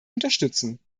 unterstützen